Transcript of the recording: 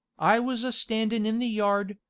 i was a-standin' in the yard,